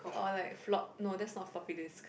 or like flo~ no that's not floppy disk